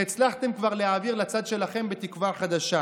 שהצלחתם כבר להעביר לצד שלכם בתקווה חדשה,